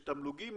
יש תמלוגים,